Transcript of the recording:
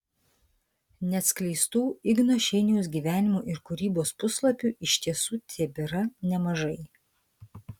neatskleistų igno šeiniaus gyvenimo ir kūrybos puslapių iš tiesų tebėra nemažai